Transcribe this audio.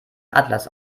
atlas